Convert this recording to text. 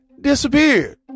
disappeared